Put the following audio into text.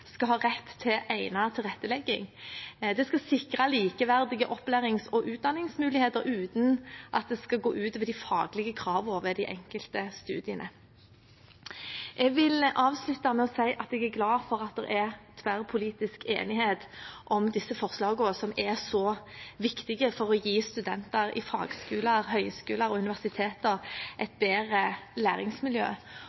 skal ha rett til egnet tilrettelegging. Det skal sikre likeverdige opplærings- og utdanningsmuligheter, uten at det skal gå ut over de faglige kravene ved de enkelte studiene. Jeg vil avslutte med å si at jeg er glad for at det er tverrpolitisk enighet om disse forslagene, som er så viktige for å gi studenter i fagskoler, høyskoler og universiteter et